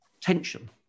tension